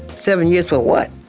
seven years for what?